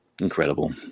Incredible